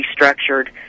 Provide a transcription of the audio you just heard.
restructured